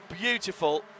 beautiful